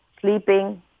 sleeping